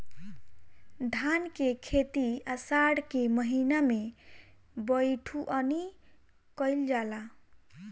धान के खेती आषाढ़ के महीना में बइठुअनी कइल जाला?